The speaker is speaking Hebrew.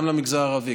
גם למגזר הערבי,